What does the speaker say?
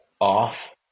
off